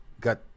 got